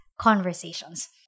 conversations